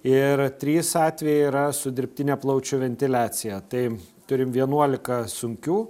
ir trys atvejai yra su dirbtine plaučių ventiliacija tai turim vienuoliką sunkių